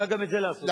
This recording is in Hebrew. צריך גם את זה לעשות.